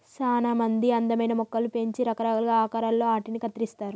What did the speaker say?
సానా మంది అందమైన మొక్కలు పెంచి రకరకాలుగా ఆకారాలలో ఆటిని కత్తిరిస్తారు